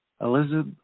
Elizabeth